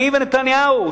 אני ונתניהו,